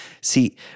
See